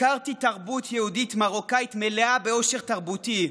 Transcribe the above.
הכרתי תרבות יהודית-מרוקאית מלאה בעושר תרבותי,